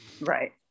Right